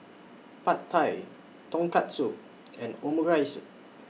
Pad Thai Tonkatsu and Omurice